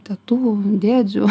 tetų dėdžių